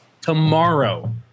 tomorrow